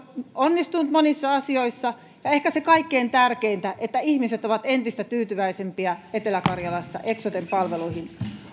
onnistunut monissa asioissa ja ehkä kaikkein tärkeintä ihmiset ovat entistä tyytyväisempiä etelä karjalassa eksoten palveluihin